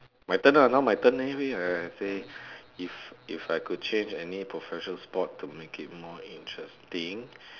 my turn lah now my turn leh wait I say if if I could change any professional sport to make it more interesting